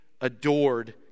adored